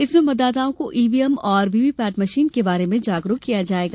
इसमें मतदाताओं को ईवीएम एवं वीवीपैट मशीन के बारे में जागरूक किया जाएगा